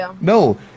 No